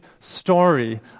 story